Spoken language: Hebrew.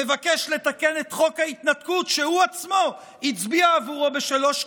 שמבקש לתקן את חוק ההתנתקות שהוא עצמו הצביע עבורו בשלוש קריאות.